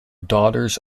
daughters